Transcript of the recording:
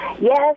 yes